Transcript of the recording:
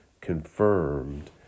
confirmed